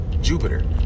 Jupiter